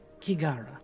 Kigara